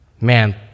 man